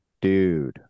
dude